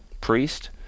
priest